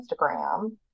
Instagram